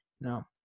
No